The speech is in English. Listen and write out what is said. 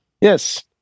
Yes